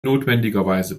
notwendigerweise